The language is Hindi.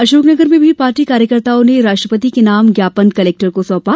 अशोकनगर में भी पार्टी कार्यकर्ताओं ने राष्ट्रपति के नाम ज्ञापन कलेक्टर को सौपा